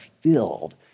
filled